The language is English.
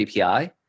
API